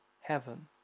heaven